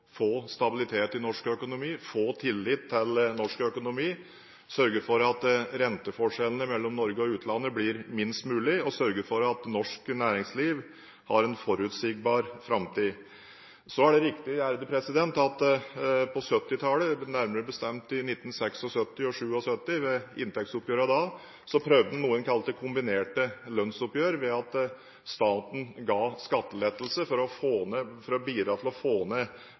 få stabilitet i norsk økonomi, få tillit til norsk økonomi, sørge for at renteforskjellene mellom Norge og utlandet blir minst mulig, og sørge for at norsk næringsliv har en forutsigbar framtid. Så er det riktig at ved inntektsoppgjørene på 1970-tallet, nærmere bestemt i 1976 og 1977, prøvde en noe en kalte kombinerte lønnsoppgjør ved at staten ga skattelettelse for å bidra til å få ned